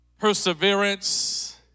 perseverance